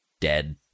dead